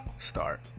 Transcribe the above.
start